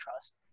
trust